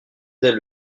dès